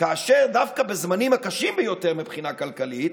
כאשר דווקא בזמנים הקשים ביותר מבחינה כלכלית